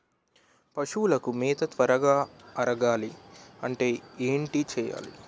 పశువులకు మేత త్వరగా అరగాలి అంటే ఏంటి చేయాలి?